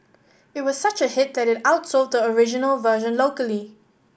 it was such a hit that it outsold the original version locally